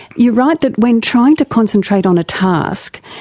you write that when trying to concentrate on a task,